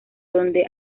donde